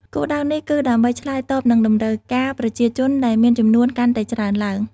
គោលដៅនេះគឺដើម្បីឆ្លើយតបនឹងតម្រូវការប្រជាជនដែលមានចំនួនកាន់តែច្រើនឡើង។